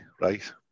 right